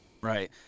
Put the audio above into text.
Right